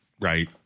right